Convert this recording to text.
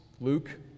Luke